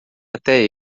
até